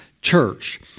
church